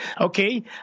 Okay